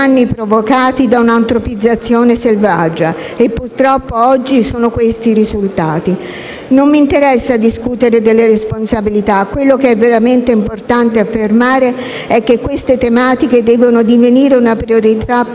Non mi interessa discutere delle responsabilità; quello che è veramente importante affermare è che queste tematiche devono divenire una priorità politica